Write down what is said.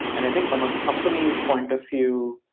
and i think i'm a company's point of view,